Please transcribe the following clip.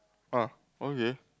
orh okay